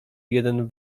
jeden